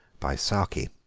by saki